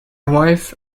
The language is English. wife